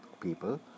people